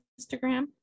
Instagram